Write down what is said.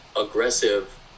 aggressive